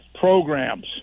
Programs